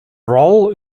role